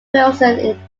wilson